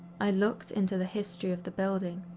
i looked into the history of the building.